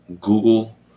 Google